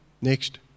Next